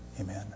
Amen